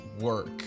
work